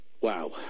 Wow